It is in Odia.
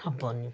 ହେବନି